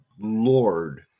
Lord